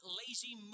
lazy